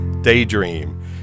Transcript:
Daydream